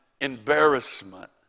embarrassment